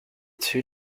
two